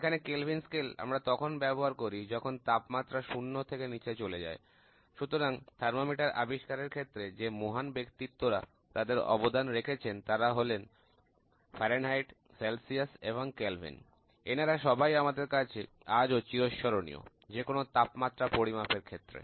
এখানে Kelvin scale আমরা তখন ব্যবহার করি যখন তাপমাত্রা শূন্য থেকে নিচে চলে যায় সুতরাং থার্মোমিটার আবিষ্কারের ক্ষেত্রে যে মহান ব্যক্তিত্বরা তাদের অবদান রেখেছেন তারা হলেন পারে ফারেনহাইট সেলসিয়াস এবং কেলভিন এনারা সবাই আমাদের কাছে আজও চিরস্মরণীয় যেকোনো তাপমাত্রা পরিমাপের ক্ষেত্রে